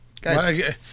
Guys